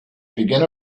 begin